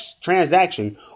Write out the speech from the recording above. transaction